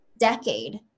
decade